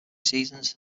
seasons